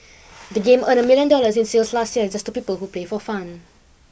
the game earned a million dollars in sales last year just to people who play for fun